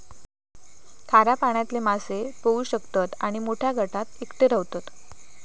खाऱ्या पाण्यातले मासे पोहू शकतत आणि मोठ्या गटात एकटे रव्हतत